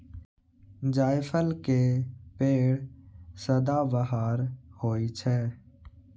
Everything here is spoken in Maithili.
जायफल के पेड़ सदाबहार होइ छै